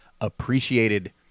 appreciated